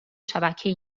شبکهای